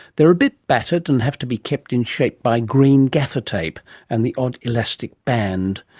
they're a bit battered and have to be kept in shape by green gaffer tape and the odd elastic band.